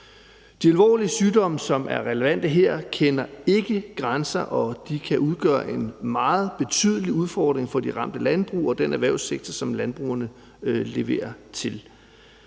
De alvorlige sygdomme, som er relevante her, kender ikke grænser, og de kan udgøre en meget betydelig udfordring for de ramte landbrug og den erhvervssektor, som landbrugene leverer til.